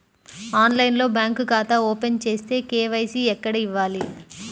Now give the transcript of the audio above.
ఆన్లైన్లో బ్యాంకు ఖాతా ఓపెన్ చేస్తే, కే.వై.సి ఎక్కడ ఇవ్వాలి?